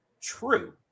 true